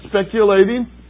speculating